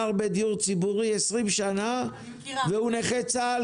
גר בדיור ציבורי 20 שנה והוא נכה צה"ל,